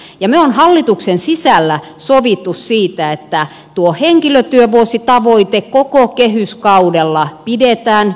me olemme hallituksen sisällä sopineet siitä että tuo henkilötyövuositavoite koko kehyskaudella pidetään